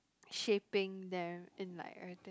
shaping them and like everything